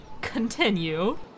continue